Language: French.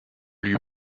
lieu